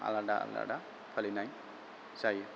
आलादा आलादा फालिनाय जायो